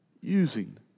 using